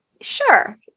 sure